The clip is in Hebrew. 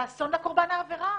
זה אסון לקורבן העבירה,